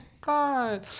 god